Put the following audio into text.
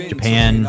Japan